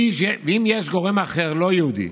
אם יש גורם אחר, לא יהודי,